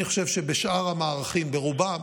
אני חושב שבשאר המערכים, ברובם,